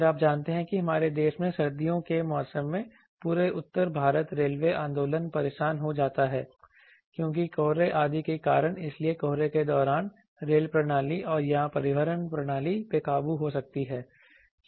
फिर आप जानते हैं कि हमारे देश में सर्दियों के मौसम में पूरे उत्तर भारत रेलवे आंदोलन परेशान हो जाता है क्योंकि कोहरे आदि के कारण इसलिए कोहरे के दौरान रेल प्रणाली या परिवहन प्रणाली बेकाबू हो सकती है